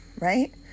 right